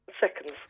seconds